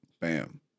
Bam